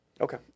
Okay